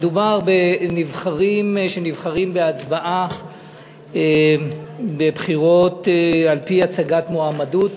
מדובר בנבחרים שנבחרים בהצבעה בבחירות על-פי הצגת מועמדות